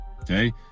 Okay